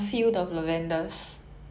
ya